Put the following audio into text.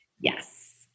Yes